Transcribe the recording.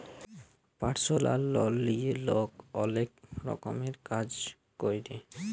পারসলাল লল লিঁয়ে লক অলেক রকমের কাজ ক্যরে